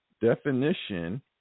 definition